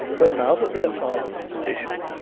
but now that their father is a bishop,